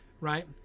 right